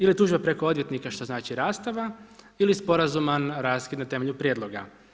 Ili tužba preko odvjetnika što znači rastava ili sporazuman raskid na temelju prijedloga.